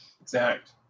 exact